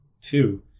two